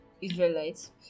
Israelites